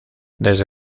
desde